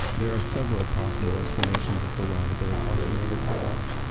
there are several possible explanations as to why the billy possum never took off.